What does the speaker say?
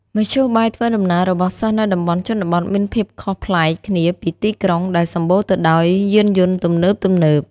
មធ្យោបាយធ្វើដំណើររបស់សិស្សនៅតំបន់ជនបទមានភាពខុសប្លែកគ្នាពីទីក្រុង ដែលសម្បូរទៅដោយយានយន្តទំនើបៗ។